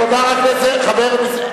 תודה, חבר הכנסת.